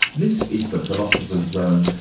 this is the philosopher's zone,